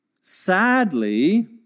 Sadly